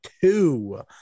two